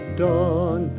dawn